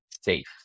safe